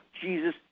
Jesus